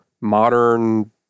Modern